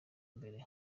mbere